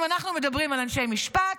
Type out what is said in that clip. אם אנחנו מדברים על אנשי משפט,